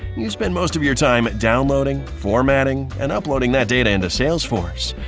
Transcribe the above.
you spend most of your time downloading, formatting and uploading that data into salesforce.